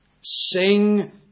Sing